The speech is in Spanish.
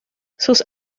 sus